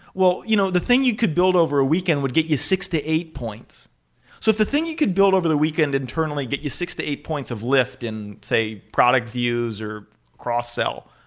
you know the thing you could build over a weekend would get you six to eight points. so if the thing you could build over the weekend internally get you six to eight points of lift in, say, product views or cross sell,